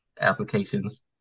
applications